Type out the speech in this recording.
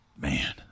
Man